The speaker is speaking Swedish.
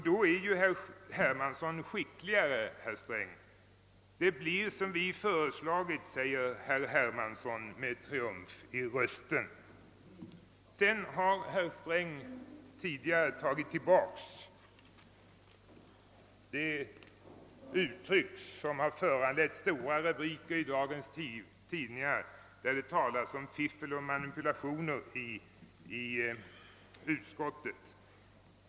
Då är ierr Hermansson skickligare. Denne säger med triumf i rösten, att nu blir det som hans parti har föreslagit. Herr Sträng har tidigare tagit tillbaka det yttrande som har föranlett stora rubriker i dagens tidningar med uttryck som »fiffel» och »manipulationer» om vad som skett i utskottet.